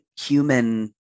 human